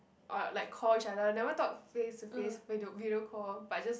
or like call each other never talk face to face wait don't video call but just